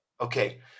Okay